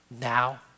now